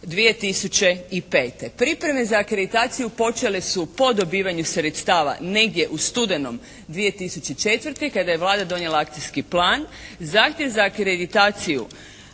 2005. Pripreme za akreditaciju počele su po dobivanju sredstava negdje u studenom 2004. kada je Vlada donijela akcijski plan. Zahtjev za akreditaciju